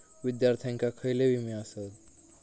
विद्यार्थ्यांका खयले विमे आसत?